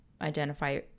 identify